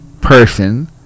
person